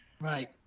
Right